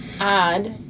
odd